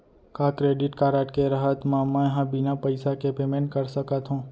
का credit card के रहत म, मैं ह बिना पइसा के पेमेंट कर सकत हो?